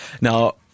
Now